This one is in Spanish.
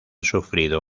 sufrido